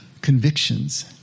convictions